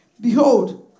Behold